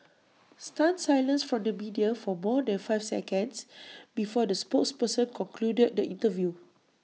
stunned silence from the media for more than five seconds before the spokesperson concluded the interview